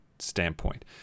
standpoint